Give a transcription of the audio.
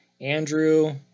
Andrew